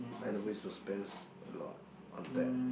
I don't wish to spend a lot on that